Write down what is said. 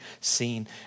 seen